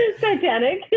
Titanic